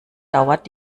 dauert